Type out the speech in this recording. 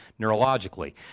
neurologically